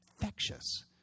infectious